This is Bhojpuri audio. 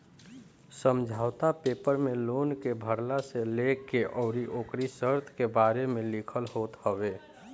समझौता पेपर में लोन के भरला से लेके अउरी ओकरी शर्त के बारे में लिखल होत हवे